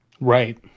right